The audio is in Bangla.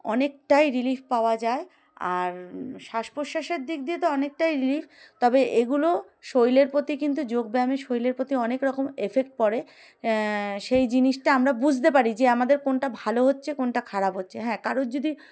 অনেকটাই রিলিফ পাওয়া যায় আর শ্বাস প্রশ্বাসের দিক দিয়ে তো অনেকটাই রিলিফ তবে এগুলো শৈলের প্রতি কিন্তু যোগব্যায়ামের শৈলের প্রতি অনেক রকম এফেক্ট পড়ে সেই জিনিসটা আমরা বুঝতে পারি যে আমাদের কোনটা ভালো হচ্ছে কোনটা খারাপ হচ্ছে হ্যাঁ কারোর যদি